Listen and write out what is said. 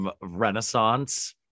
Renaissance